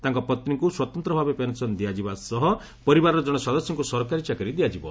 ତାଙ୍କ ପତ୍ନୀଙ୍କୁ ସ୍ୱତନ୍ତ୍ର ଭାବେ ପେନ୍ସନ୍ ଦିଆଯିବା ସହ ପରିବାରର ଜଣେ ସଦସ୍ୟକୁ ସରକାରୀ ଚାକିରି ଦିଆଯିବ